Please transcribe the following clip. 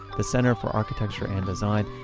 the center for architecture and design,